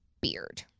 beard